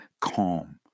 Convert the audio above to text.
calm